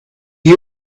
you